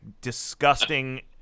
disgusting